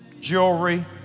jewelry